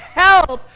help